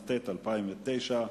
התשס"ט 2009,